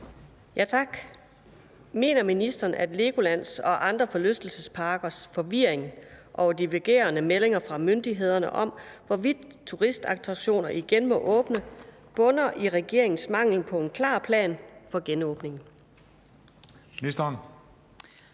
(V): Mener ministeren, at Legolands og andre forlystelsesparkers forvirring over divergerende meldinger fra myndighederne om, hvorvidt turistattraktioner igen må åbne, bunder i regeringens mangel på en klar plan for genåbningen? Den